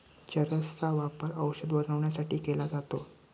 चरस चा वापर औषध बनवण्यासाठी केला जातो